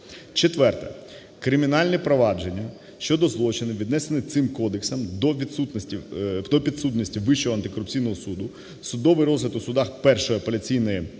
Четверте. Кримінальні провадження щодо злочинів, віднесених цим Кодексом до підсудності Вищого антикорупційного суду, судовий розгляд у судах першої апеляційної